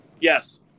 Yes